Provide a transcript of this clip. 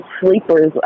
sleepers